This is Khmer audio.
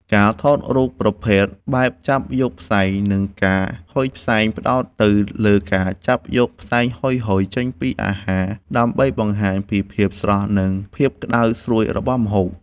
ការថតរូបប្រភេទ បែបចាប់យកផ្សែង និងការហុយផ្សែងផ្ដោតទៅលើការចាប់យកផ្សែងហុយៗចេញពីអាហារ ដើម្បីបង្ហាញពីភាពស្រស់ និងភាពក្ដៅស្រួយរបស់ម្ហូប។